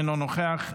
אינו נוכח,